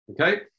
Okay